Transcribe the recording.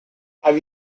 have